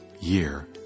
year